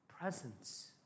presence